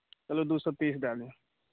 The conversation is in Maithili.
चलू दू सए तीस दए देबै